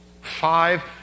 Five